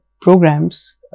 programs